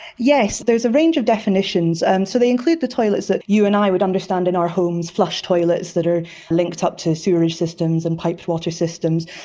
yes, there's a range of definitions. and so they include the toilets that you and i would understand in our homes, flush toilets that are linked up to sewage systems and piped water systems,